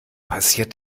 passiert